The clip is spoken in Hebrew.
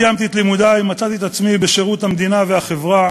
כשסיימתי את לימודי מצאתי את עצמי בשירות המדינה והחברה